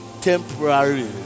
temporary